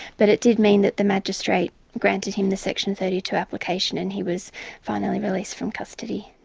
but it did mean that the magistrate granted him the section thirty two application and he was finally released from custody.